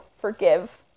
forgive